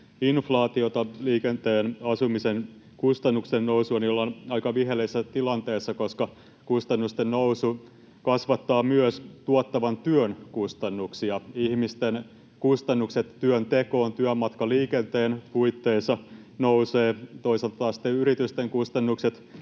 inflaatiota ja liikenteen ja asumisen kustannusten nousua, ollaan aika viheliäisessä tilanteessa, koska kustannusten nousu kasvattaa myös tuottavan työn kustannuksia. Ihmisten työnteon kustannukset työmatkaliikenteen puitteissa nousevat, toisaalta taas sitten yritysten kustannukset